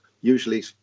usually